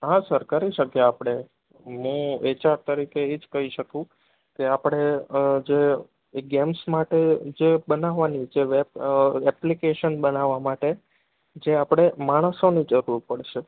હા સર કરી શકીએ આપણે હું એચઆર તરીકે એજ કઈ શકું કે આપણે જે ગેમ્સ માટે જે બનાવવાની છે એપ એપ્લિકેશન બનાવવા માટે જે આપણે માણસોની જરૂર પડશે